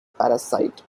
parasite